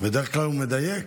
בדרך כלל הוא מדייק.